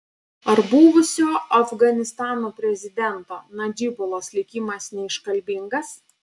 ar buvusio afganistano prezidento nadžibulos likimas neiškalbingas